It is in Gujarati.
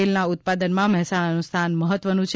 તેલના ઉત્પાદનમાં મહેસાણાનું સ્થાન મહત્વનું છે